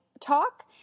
talk